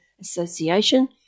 Association